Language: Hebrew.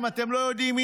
אם אתם לא יודעים,